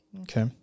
Okay